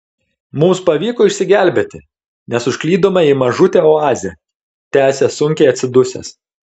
mums pavyko išsigelbėti nes užklydome į mažutę oazę tęsia sunkiai atsidusęs